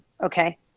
okay